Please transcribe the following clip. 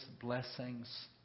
blessings